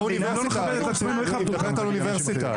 לא, היא מדברת על האוניברסיטה.